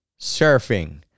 Surfing